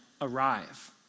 arrive